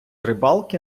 рибалки